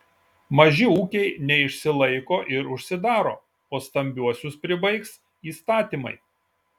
maži ūkiai neišsilaiko ir užsidaro o stambiuosius pribaigs įstatymai